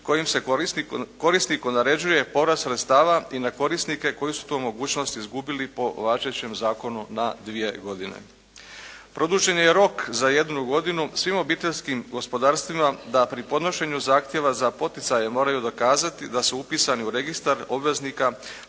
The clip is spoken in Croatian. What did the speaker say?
kojim se korisniku naređuje povrat sredstava i na korisnike koji su tu mogućnost izgubili po važećem zakonu na dvije godine. Produžen je rok za jednu godinu svim obiteljskim gospodarstvima da pri podnošenju zahtjeva za poticaje moraju dokazati da su upisani u registar obveznika